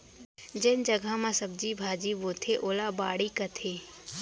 जेन जघा म सब्जी भाजी बोथें ओला बाड़ी कथें